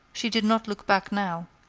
she did not look back now,